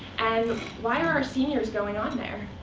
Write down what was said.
and why are our seniors going on there?